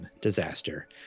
disaster